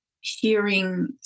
hearing